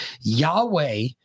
Yahweh